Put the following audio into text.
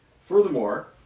Furthermore